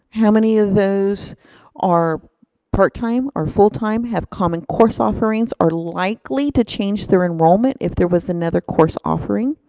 how many of those are part time, or full time, have common course offerings, are likely to change their enrollment if there was another course offering?